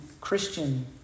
Christian